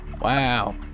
Wow